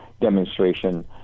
demonstration